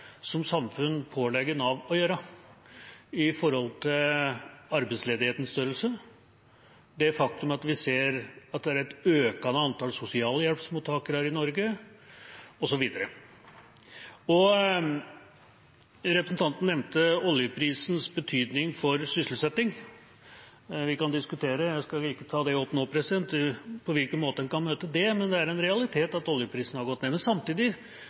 ser at det er et økende antall sosialhjelpsmottakere her i Norge osv. Representanten nevnte oljeprisens betydning for sysselsetting. Vi kan diskutere – jeg skal ikke ta det opp nå – på hvilken måte en kan møte det, men det er en realitet at oljeprisen har gått ned. Samtidig